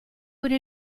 would